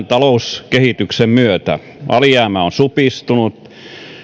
talouskehityksen myötä alijäämä on supistunut